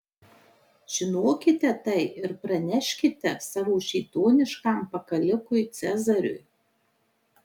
žinokite tai ir praneškite savo šėtoniškam pakalikui cezariui